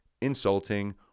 insulting